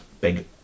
big